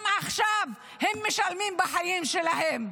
גם עכשיו הם משלמים בחיים שלהם.